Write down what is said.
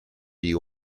you